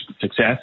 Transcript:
success